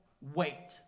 Wait